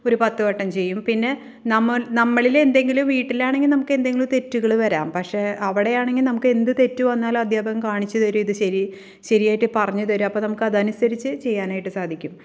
ഒരു പത്ത് വട്ടം ചെയ്യും പിന്നെ നമ്മൾ നമ്മളിൽ എന്തെങ്കിലും വീട്ടിലാണെങ്കിൽ നമുക്ക് എന്തെങ്കിലും തെറ്റുകൾ വരാം പക്ഷെ അവിടെ ആണെങ്കിൽ നമ്മൾക്ക് എന്ത് തെറ്റ് വന്നാലും അധ്യാപകൻ കാണിച്ച് തരും ഇത് ശരി ശരിയായിട്ട് പറഞ്ഞ് തരും നമുക്ക് അപ്പോൾ അതനുസരിച്ച് ചെയ്യാനായിട്ട് സാധിക്കും